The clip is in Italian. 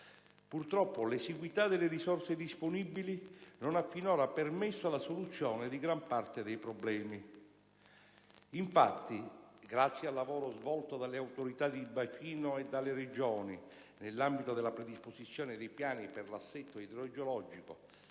Purtroppo, l'esiguità delle risorse disponibili non ha finora permesso la soluzione di gran parte dei problemi. Infatti, grazie al lavoro svolto dalle Autorità di bacino e dalle Regioni nell'ambito della predisposizione dei piani per l'assetto idrogeologico